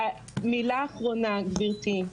מילה אחרונה גברתי,